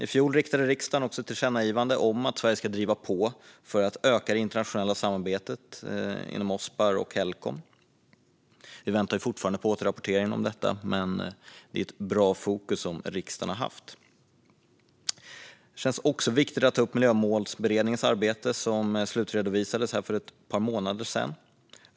I fjol riktade riksdagen ett tillkännagivande om att Sverige ska driva på för att öka det internationella samarbetet inom Ospar och Helcom. Vi väntar fortfarande på återrapportering om detta, men det är ett bra fokus som riksdagen har haft. Det känns också viktigt att ta upp Miljömålsberedningens arbete som slutredovisades för ett par månader sedan.